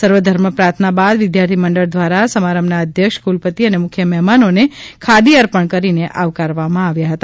સર્વધર્મ પ્રાર્થના બાદ વિદ્યાર્થીમંડળ દ્વારા સમારંભના અધ્યક્ષ કુલપતિ અને મુખ્ય મહેમાનને ખાદી અર્પણ કરીને આવકારવામાં આવ્યા હતા